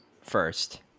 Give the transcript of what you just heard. first